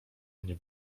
mnie